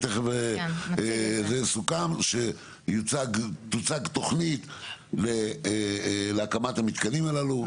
סוכם שתוצג תוכנית להקמת המתקנים הללו.